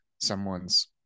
someone's